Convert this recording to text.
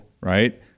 right